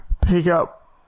pickup